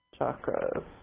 chakras